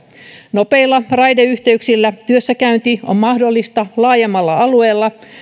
nopeilla raideyhteyksillä on työssäkäynti mahdollista laajemmalla alueella